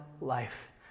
life